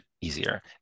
easier